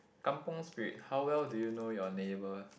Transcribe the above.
kampung Spirit how well do you know your neighbour